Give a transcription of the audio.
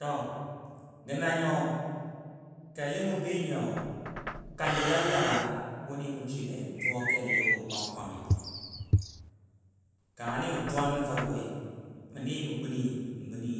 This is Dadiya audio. To gə nanyo kel ni mʊ bɨɨ nyiyau kanjila lara wuni mə swile ya suwa kel le wo kwang kwangi mi mə gunu mə guni